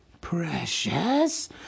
precious